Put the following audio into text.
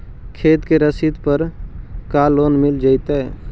खेत के रसिद पर का लोन मिल जइतै?